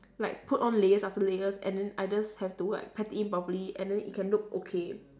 like put on layers after layers and then I just have to go like pat it in properly and then it can look okay